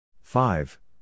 five